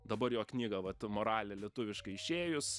dabar jo knyga vat moralė lietuviškai išėjus